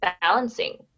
balancing